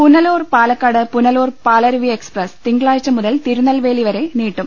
Punalur Palakkad Punalur Palaruvi express തിങ്കളാഴ്ച മുതൽ തിരുനെൽവേല്പി വരെ നീട്ടും